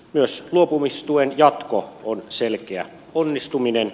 myös luopumistuen jatko on selkeä onnistuminen